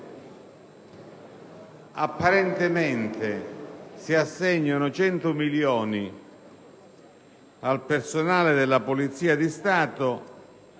Apparentemente si assegnano 100 milioni di euro al personale della Polizia di Stato,